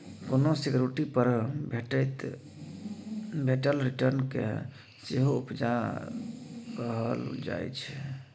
कोनो सिक्युरिटी पर भेटल रिटर्न केँ सेहो उपजा कहल जाइ छै